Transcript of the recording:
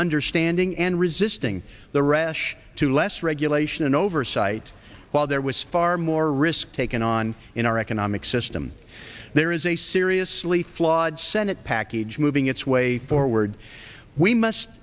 understanding and resisting the rash to less regulation and oversight while there was far more risk taken on in our economic system there is a seriously flawed senate package moving its way forward we must